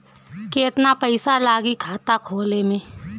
केतना पइसा लागी खाता खोले में?